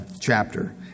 chapter